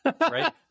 right